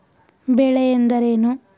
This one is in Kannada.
ಬೆಳೆ ಎಂದರೇನು?